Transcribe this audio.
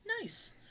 Nice